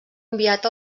enviat